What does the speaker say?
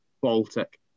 Baltic